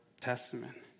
testament